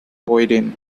boyden